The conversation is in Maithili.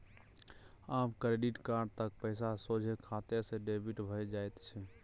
आब क्रेडिट कार्ड क पैसा सोझे खाते सँ डेबिट भए जाइत छै